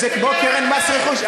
זה כמו קרן מס רכוש.